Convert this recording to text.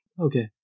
Okay